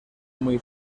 muy